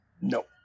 no